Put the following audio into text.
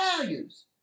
values